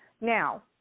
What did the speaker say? Now